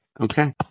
okay